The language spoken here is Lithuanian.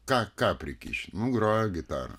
ką ką prikiši nu grojo gitara